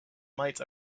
might